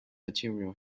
material